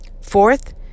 Fourth